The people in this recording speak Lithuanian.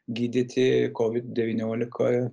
gydyti kovid devyniolika